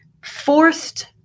forced